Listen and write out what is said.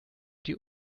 die